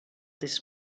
this